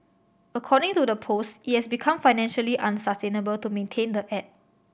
according to the post it has become financially unsustainable to maintain the app